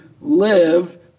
live